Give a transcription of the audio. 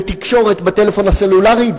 בתקשורת בטלפון הסלולרי,